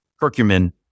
Curcumin